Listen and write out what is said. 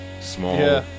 small